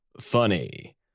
funny